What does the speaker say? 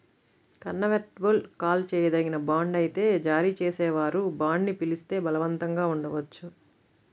convertible call చేయదగిన bond అయితే జారీ చేసేవారు బాండ్ని పిలిస్తే బలవంతంగా ఉండవచ్చు